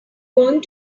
going